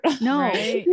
no